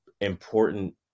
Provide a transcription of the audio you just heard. important